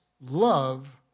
love